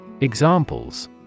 Examples